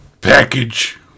Package